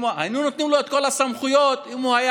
היינו נותנים לו את כל הסמכויות אם הוא היה